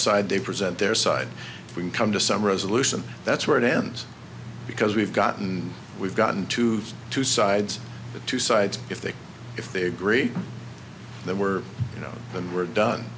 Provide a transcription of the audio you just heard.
side they present their side we come to some resolution that's where it ends because we've gotten we've gotten to two sides the two sides if they if they agree that we're you know when we're done